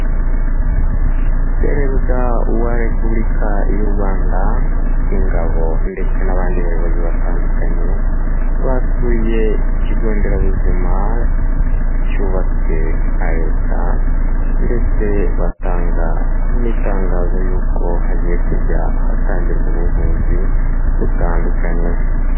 Perezida wa repubulika y'u Rwanda, ingabo ndetse n'abandi bayobozi batandukanye, basuye ikigo nderabuzima cyubatswe na Leta ndetse batanga n'itangazo yuko hagiye kujya hatangirwa ubuvuzi butandukanye.